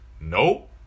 nope